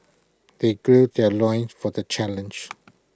they gird their loins for the challenge